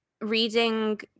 reading